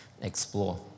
explore